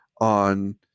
on